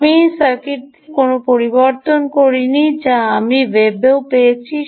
আমি এই সার্কিটটিতে কোনও পরিবর্তন করি নি যা আমি ওয়েবেও পেয়েছি